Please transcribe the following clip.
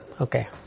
Okay